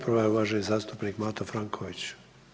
Prva je uvaženi zastupnik Mato Franković.